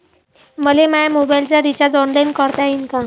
मले माया मोबाईलचा रिचार्ज ऑनलाईन करता येईन का?